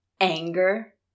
anger